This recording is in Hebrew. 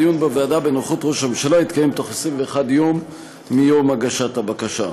הדיון בוועדה בנוכחות ראש הממשלה יתקיים בתוך 21 יום מיום הגשת הבקשה.